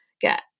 get